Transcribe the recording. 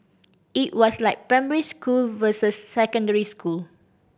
it was like primary school versus secondary school